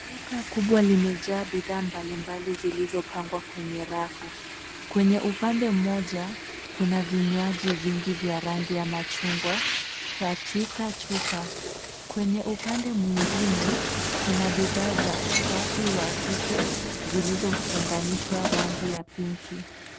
Duka kubwa limejaa bidhaa mbali mbali zilizo pangwa kwenye rafu. Kwenye upande mmoja kuna vinywaji vingi vya rangi ya machungwa katika chupa. Kwenye upande mwingine kuna bidhaa za usafi wa kike zilizo funganishwa rangi ya pinki.